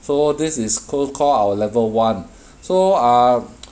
so this is so call our level one so uh